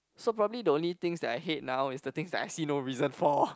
so probably the only things that I hate now is the things that I see no reason for